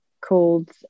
called